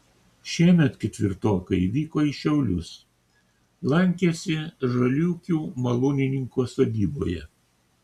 šiemet ketvirtokai vyko į šiaulius lankėsi žaliūkių malūnininko sodyboje